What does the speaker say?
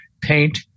paint